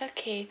okay